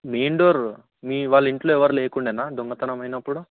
main door మీ వాళ్ళు ఇంట్లో ఎవ్వరు లేకుండెనా దొంగతనం అయినప్పుడు